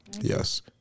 yes